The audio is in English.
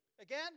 Again